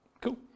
Cool